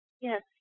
Yes